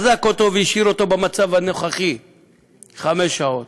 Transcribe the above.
אזק אותו והשאיר אותו במצב הזה חמש שעות.